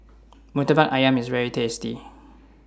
Murtabak Ayam IS very tasty